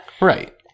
Right